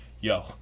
yo